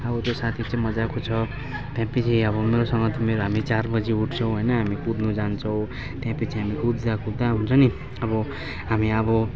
अब त्यो साथी चाहिँ मज्जाको छ त्यसपछि अब मेरोसँग त मेरो हामी चार बजी उठ्छौँ होइन हामी कुद्नु जान्छौँ त्यसपछि हामी कुद्दा कुद्दा हुन्छ नि अब हामी अब